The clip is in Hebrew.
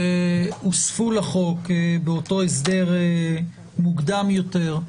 שהוספו לחוק באותו הסדר מוקדם יותר,